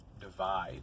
divide